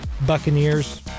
Buccaneers